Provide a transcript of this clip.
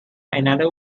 another